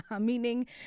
Meaning